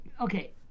okay